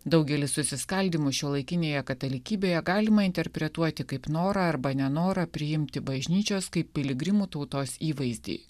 daugelį susiskaldymų šiuolaikinėje katalikybėje galima interpretuoti kaip norą arba nenorą priimti bažnyčios kaip piligrimų tautos įvaizdį